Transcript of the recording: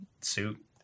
suit